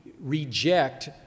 reject